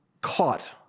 caught